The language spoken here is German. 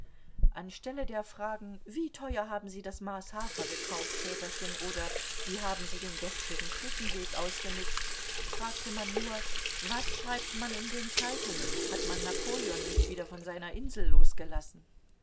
an stelle der fragen wie teuer haben sie das maß hafer verkauft väterchen oder wie haben sie den gestrigen schlittenweg ausgenützt fragte man nur was schreibt man in den zeitungen hat man napoleon nicht wieder von seiner insel losgelassen